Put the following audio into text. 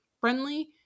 friendly